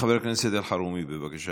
חבר הכנסת אלחרומי, בבקשה.